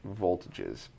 voltages